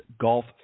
Golf